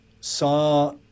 saw